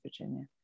Virginia